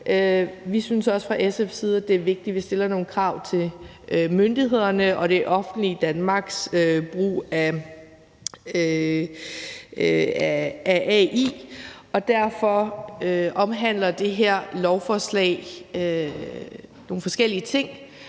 Vi synes også fra SF's side, at det er vigtigt, at vi stiller nogle krav til myndighederne og det offentlige Danmarks brug af AI, og derfor omhandler det her lovforslag nogle forskellige ting,